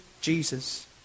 Jesus